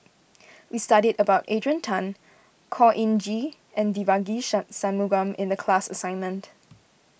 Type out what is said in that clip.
we studied about Adrian Tan Khor Ean Ghee and Devagi Sanmugam in the class assignment